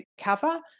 cover